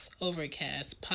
Overcast